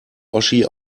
oschi